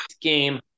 game